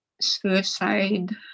suicide